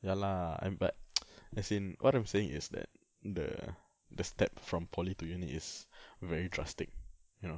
ya lah I'm but as in what I'm saying is thatthe the step from poly to uni is very drastic you know